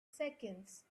seconds